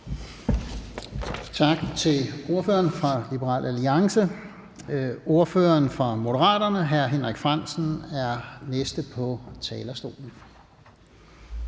Tak til ordføreren fra Liberal Alliance. Ordføreren fra Moderaterne, hr. Henrik Frandsen, er den næste på talerstolen.